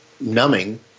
numbing